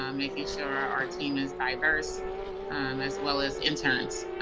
um making sure our team is diverse as well as interns.